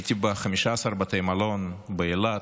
הייתי ב-15 בתי מלון באילת,